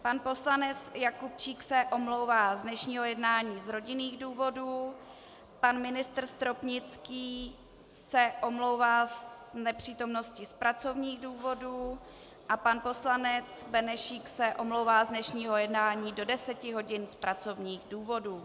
Pan poslanec Jakubčík se omlouvá z dnešního jednání z rodinných důvodů, pan ministr Stropnický se omlouvá z nepřítomnosti z pracovních důvodů a pan poslanec Benešík se omlouvá z dnešního jednání do 10 hodin z pracovních důvodů.